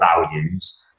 values